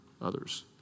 others